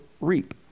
reap